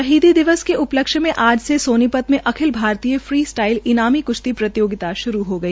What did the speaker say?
शहीदी दिवस के उ लक्ष्य में आज से ानी त में अखिल भारतीय फ्री स्टाईल ईनामी क्श्ती प्रतियोगिता श्रू हो गई